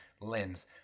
lens